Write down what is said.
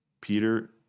Peter